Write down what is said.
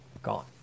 gone